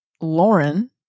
Lauren